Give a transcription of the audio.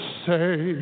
say